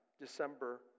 December